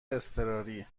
اضطراری